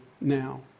now